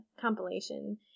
compilation